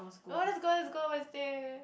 oh let's go let's go on Wednesday